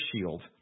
shield